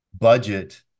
budget